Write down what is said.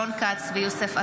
רון כץ ויוסף עטאונה,